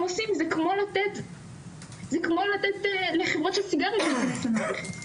עושים זה כמו לתת לחברות של סיגריות להיכנס למערכת.